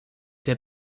der